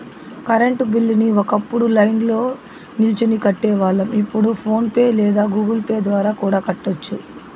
current బిల్లుని ఒకప్పుడు లైన్ల్నో నిల్చొని కట్టేవాళ్ళం, ఇప్పుడు ఫోన్ పే లేదా గుగుల్ పే ద్వారా కూడా కట్టొచ్చు